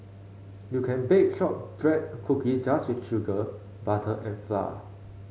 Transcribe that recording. you can bake shortbread cookies just with sugar butter and flour